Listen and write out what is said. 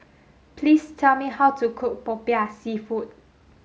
please tell me how to cook popiah seafood